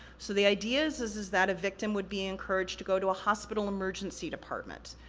so, the ideas is, is that a victim would be encouraged to go to a hospital emergency department,